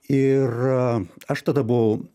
ir aš tada buvau